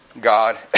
God